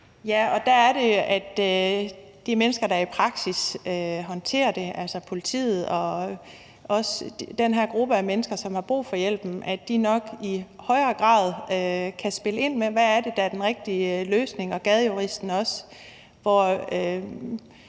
Ja, og der er det, at de mennesker, der i praksis håndterer det, altså politiet og Gadejuristen, og også den her gruppe mennesker, som har brug for hjælpen, nok i højere grad kan spille ind med, hvad der er den rigtige løsning. Jeg vil nødig kloge